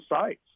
sites